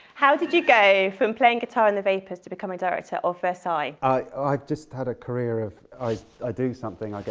how did you go from playing guitar in the vapors to becoming director of versailles? i just had a career if i i do something,